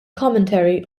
commentary